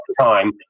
time